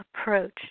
approach